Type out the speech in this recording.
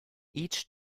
each